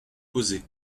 posée